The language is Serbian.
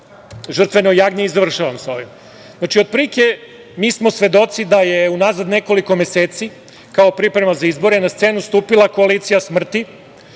žrtveno jagnje. Završavam sa ovim. Znači, mi smo svedoci da je unazad nekoliko meseci kao priprema za izbore na scenu stupila koalicija smrti,